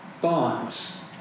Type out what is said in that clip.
bonds